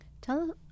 Tell